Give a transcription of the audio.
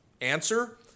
Answer